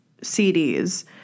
CDs